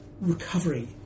recovery